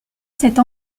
cette